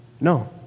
No